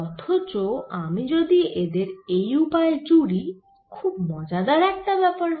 অথচ আমি যদি এদের এই উপায়ে জুড়ি খুব মজাদার এক ব্যাপার হয়